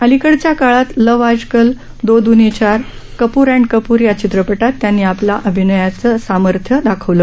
अलिकडच्या काळात love Aaj Kal Do Duni Char Kapoor and Kapoor या चित्रपटात त्यांनी आपल्या अभिनय सामर्थ्याचं दर्शन घडवलं